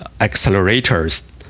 accelerators